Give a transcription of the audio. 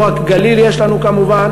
לא רק גליל יש לנו כמובן,